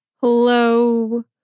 Hello